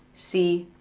c,